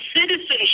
citizenship